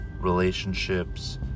relationships